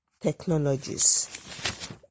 Technologies